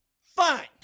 Fine